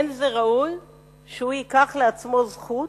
אין זה ראוי שהוא ייקח לעצמו זכות,